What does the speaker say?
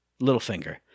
Littlefinger